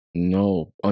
No